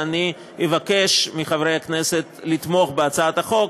אבקש מחברי הכנסת לתמוך בהצעת החוק.